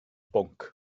bwnc